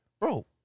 bro